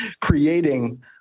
creating